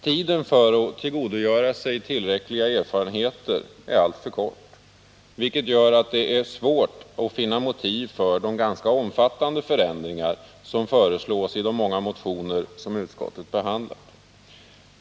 Tiden för att tillgodogöra sig tillräckliga erfarenheter är alltför kort, vilket gör det svårt att finna motiv för de ganska omfattande förändringar som föreslås i de många motioner som utskottet behandlat.